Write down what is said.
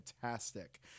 fantastic